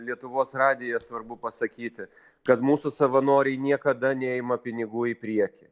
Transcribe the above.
lietuvos radiją svarbu pasakyti kad mūsų savanoriai niekada neima pinigų į priekį